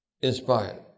inspired